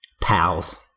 pals